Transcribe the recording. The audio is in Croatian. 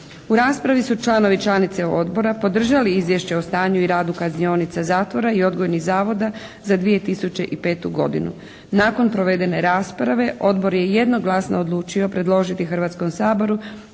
U raspravi su članice i članovi odbora podržali izvješće o stanju i radu Kaznionice zatvora i odgojnih zavoda za 2005. godinu. Nakon provedene rasprave odbor je jednoglasno odlučio predložiti Hrvatskom saboru